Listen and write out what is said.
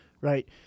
right